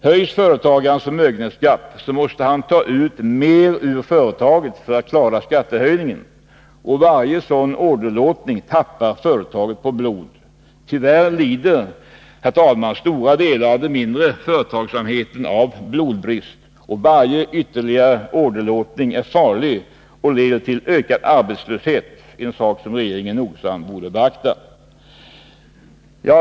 Höjs företagarens förmögenhetsskatt, måste han ta ut mer ur företaget för att klara skattehöjningen. Varje sådan åderlåtning tappar företaget på blod. Tyvärr lider stora delar av den mindre företagsamheten av blodbrist, och varje ytterligare åderlåtning är farlig och leder till ökad arbetslöshet — en sak som regeringen nogsamt borde beakta.